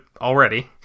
already